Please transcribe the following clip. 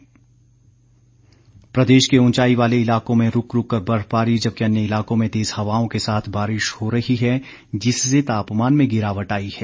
मौसम प्रदेश के ऊंचाई वाले इलाकों में रूक रूक कर बर्फबारी जबकि अन्य इलाकों में तेज हवाओं के साथ बारिश हो रही है जिससे तापमान में गिरावट आई है